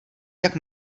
jak